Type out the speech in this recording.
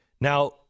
Now